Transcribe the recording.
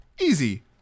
Easy